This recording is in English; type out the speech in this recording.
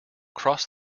cross